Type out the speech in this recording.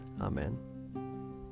Amen